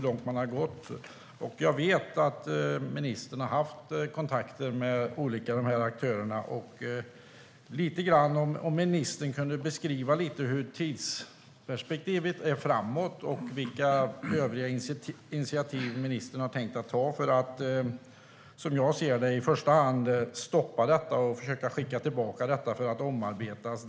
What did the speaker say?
Jag vet att ministern har haft kontakt med de här olika aktörerna, och jag undrar om ministern kan beskriva lite hur tidsperspektivet framåt ser ut och vilka övriga initiativ ministern har tänkt att ta för att, som jag ser det, i första hand stoppa detta och försöka skicka tillbaka det för omarbetning.